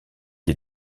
les